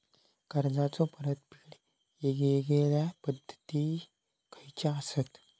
कर्जाचो परतफेड येगयेगल्या पद्धती खयच्या असात?